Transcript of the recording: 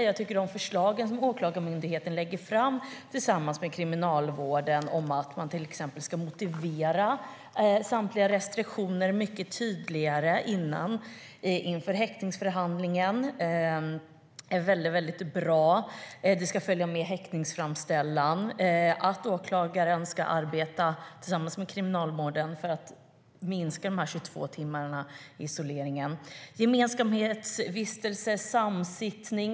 Jag tycker om förslagen som Åklagarmyndigheten lägger fram tillsammans med Kriminalvården om att man till exempel ska motivera samtliga restriktioner mycket tydligare inför häktningsförhandlingen - det är väldigt bra. Det ska följa med häktningsframställan, och åklagaren ska arbeta tillsammans med Kriminalvården för att minska de 22 timmarna i isoleringen.